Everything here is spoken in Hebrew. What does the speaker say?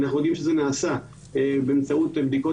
אנחנו יודעים שזה נעשה באמצעות בדיקות